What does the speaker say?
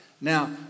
now